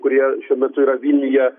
kurie šiuo metu yra vilniuje